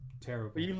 terrible